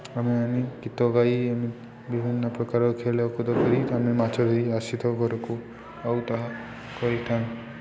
ଆମେ ଆଣି ଗୀତ ଗାଇ ଆମେ ବିଭିନ୍ନପ୍ରକାର ଖେଳକୁଦ କରି ଆମେ ମାଛ ଧରି ଆସିଥାଉ ଘରକୁ ଆଉ ତାହା କରିଥାଉ